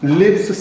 lives